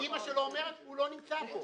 אימא שלו אומרת, הוא לא נמצא פה.